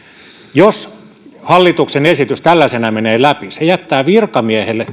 jos hallituksen esitys menee tällaisena läpi se jättää virkamiehelle